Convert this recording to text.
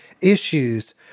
issues